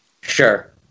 Sure